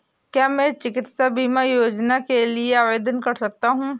क्या मैं चिकित्सा बीमा योजना के लिए आवेदन कर सकता हूँ?